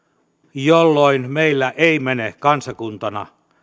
jolloin meillä ei mene kansakuntana